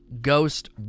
Ghost